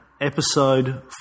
episode